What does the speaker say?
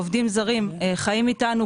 עובדים זרים חיים איתנו,